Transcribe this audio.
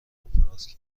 کنفرانس